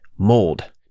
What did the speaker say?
mold